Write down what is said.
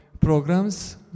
programs